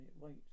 wait